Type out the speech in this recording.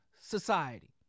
society